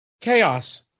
chaos